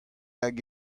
hag